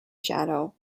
shadow